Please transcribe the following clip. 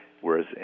whereas